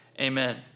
Amen